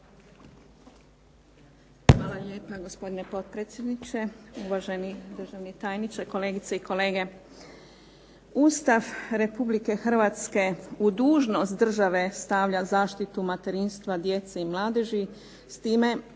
Hvala lijepa. Gospodine potpredsjedniče, uvaženi državni tajniče, kolegice i kolege. Ustav Republike Hrvatske u dužnost države stavlja zaštitu materinstva, djece i mladeži